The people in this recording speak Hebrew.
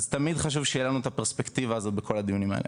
אז תמיד חשוב שתהיה לנו את הפרספקטיבה הזו בכל הדיונים האלה,